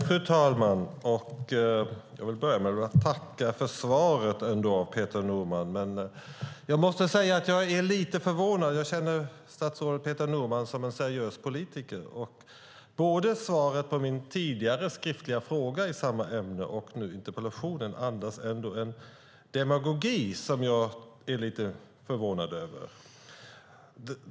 Fru talman! Jag vill börja med att tacka för svaret, Peter Norman. Men jag måste säga att jag är lite förvånad. Jag känner statsrådet Peter Norman som en seriös politiker, och både svaret på min tidigare skriftliga fråga i samma ämne och svaret på interpellationen nu andas en demagogi som jag är lite förvånad över.